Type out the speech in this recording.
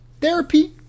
therapy